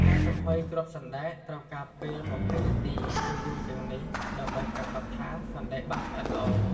ការចំហុយគ្រាប់សណ្ដែកត្រូវការពេល២០នាទី ឬយូរជាងនេះ ដើម្បីប្រាកដថា សណ្ដែកបានឆ្អិនល្អ។